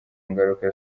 ngaruka